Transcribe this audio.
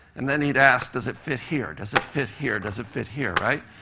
and then he'd ask, does it fit here? does it fit here? does it fit here? right?